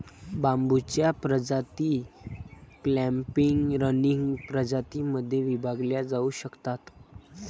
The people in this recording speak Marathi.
बांबूच्या प्रजाती क्लॅम्पिंग, रनिंग प्रजातीं मध्ये विभागल्या जाऊ शकतात